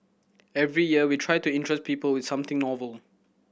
every year we try to interest people with something novel